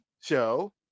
show